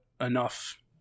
enough